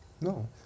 No